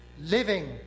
living